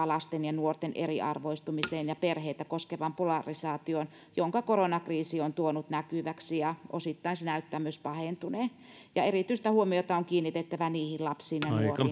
lasten ja nuorten eriarvoistumiseen ja perheitä koskevaan polarisaatioon jonka koronakriisi on tuonut näkyväksi osittain se näyttää myös pahentuneen erityistä huomiota on kiinnitettävä niihin lapsiin ja nuoriin